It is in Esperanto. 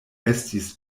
estis